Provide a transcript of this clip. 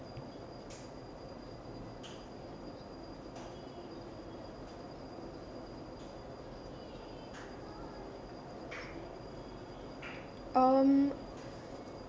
um